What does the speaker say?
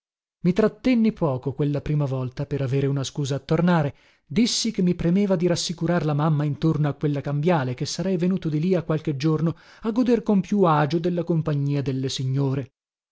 i trattenni poco quella prima volta per avere una scusa a tornare dissi che mi premeva di rassicurar la mamma intorno a quella cambiale e che sarei venuto di lì a qualche giorno a goder con più agio della compagnia delle signore